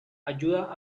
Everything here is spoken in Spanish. ayuda